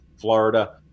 Florida